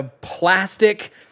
plastic